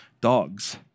dogs